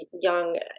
young